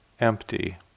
empty